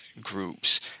groups